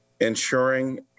Ensuring